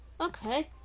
okay